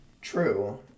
True